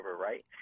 right